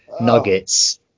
nuggets